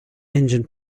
engine